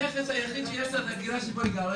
הנכס היחיד שיש לה זו הדירה שבו היא גרה,